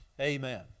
Amen